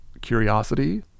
curiosity